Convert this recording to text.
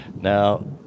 Now